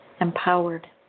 Empowered